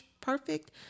perfect